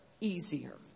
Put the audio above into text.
easier